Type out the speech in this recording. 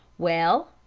well,